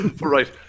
right